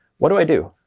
what do i do?